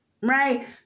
right